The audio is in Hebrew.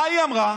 מה היא אמרה?